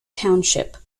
township